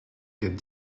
get